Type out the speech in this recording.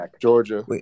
Georgia